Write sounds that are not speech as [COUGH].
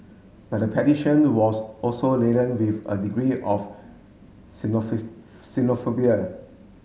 but the petition was also laden with a degree of [UNINTELLIGIBLE] xenophobia